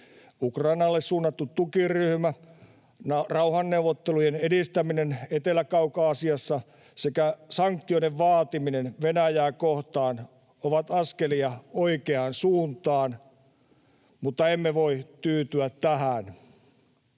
Ukrainalle suunnattu tukiryhmä, rauhanneuvottelujen edistäminen Etelä-Kaukasiassa sekä sanktioiden vaatiminen Venäjää kohtaan ovat askelia oikeaan suuntaan, mutta emme voi tyytyä tähän.